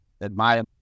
admire